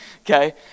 Okay